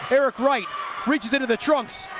eric right reaches into the trunks.